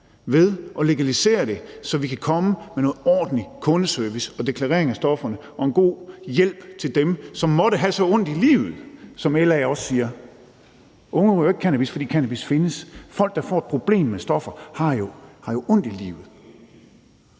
ved at legalisere det, så vi kan komme med noget ordentlig kundeservice og en deklarering af stofferne og en god hjælp til dem, som måtte have ondt i livet – som LA også siger. Unge ryger jo ikke cannabis, fordi cannabis findes. Folk, der får et problem med stoffer, har jo ondt i livet.